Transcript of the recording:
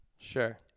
Sure